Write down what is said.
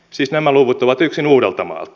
siis nämä luvut ovat yksin uudeltamaalta